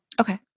Okay